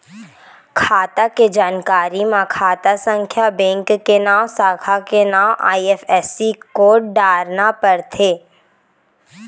खाता के जानकारी म खाता संख्या, बेंक के नांव, साखा के नांव, आई.एफ.एस.सी कोड डारना परथे